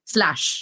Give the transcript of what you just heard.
Slash